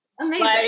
amazing